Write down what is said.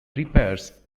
repairs